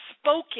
spoken